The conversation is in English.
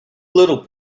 little